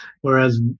whereas